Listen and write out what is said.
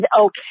okay